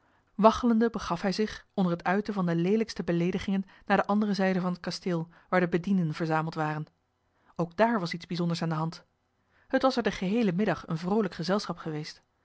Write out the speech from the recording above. waggelende begaf hij zich onder het uiten van de leelijkste beleedigingen naar de andere zijde van het kasteel waar de bedienden verzameld waren ook daar was iets bijzonders aan de hand t was er den geheelen middag een vroolijk gezelschap geweest